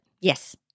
Yes